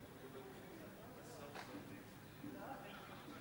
אוקטובר 2010 עד אוקטובר